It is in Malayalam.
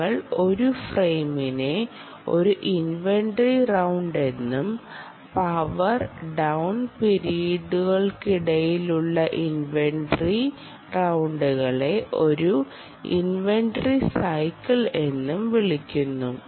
ഞങ്ങൾ ഒരു ഫ്രെയിമിനെ ഒരു ഇൻവെന്ററി റൌണ്ട് എന്നും പവർ ഡൌൺ പീരീഡുകൾക്കിടയിലുള്ള ഇൻവെന്ററി റൌണ്ടുകളെ ഒരു ഇൻവെന്ററി സൈക്കിൾ എന്നും വിളിക്കുന്നു